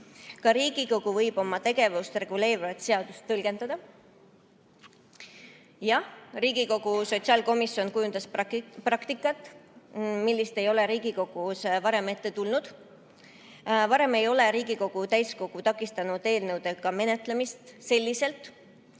Ka Riigikogu võib oma tegevust reguleerivat seadust tõlgendada. Jah, Riigikogu sotsiaalkomisjon kujundas praktika, mida ei ole Riigikogus varem ette tulnud. Varem ei ole Riigikogu täiskogu takistanud ka eelnõude menetlemist selliselt,